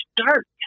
start